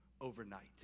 overnight